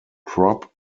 prop